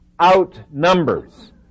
outnumbers